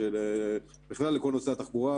בכלל לכל נושא התחבורה,